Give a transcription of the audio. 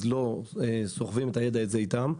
אז לא סוחבים את הידע הזה איתם.